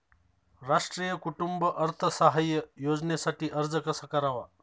राष्ट्रीय कुटुंब अर्थसहाय्य योजनेसाठी अर्ज कसा करावा?